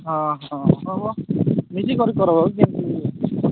ହଁ ହଁ ହେବ ମିଶିକରି କରିବ ହେଉଚି ଏହାକୁ